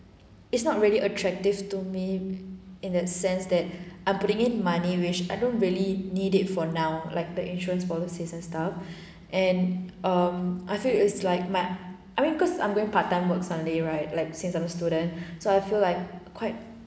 is not really attractive to me in the sense that I'm putting in money which I don't really need it for now like the insurance policies and stuff and um I feel is like my I mean cause I'm going part time work sunday right like since I'm a student so I feel like quite